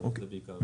--- זה בעיקר.